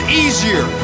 easier